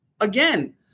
again